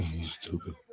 Stupid